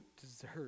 deserve